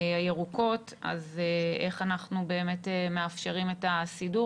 הירוקות אז איך אנחנו מאפשרים את הסידור